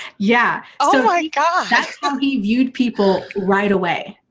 yeah. oh my god. that's how he viewed people right away,